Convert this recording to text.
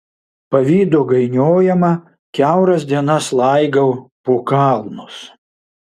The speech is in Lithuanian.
pavydo gainiojama kiauras dienas laigau po kalnus